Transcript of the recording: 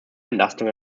entlastung